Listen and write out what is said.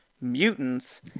Mutants